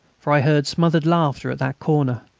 for i heard smothered laughter at that corner